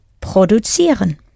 produzieren